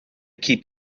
keep